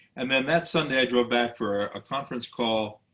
and then that sunday i drove back for a conference call.